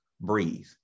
breathe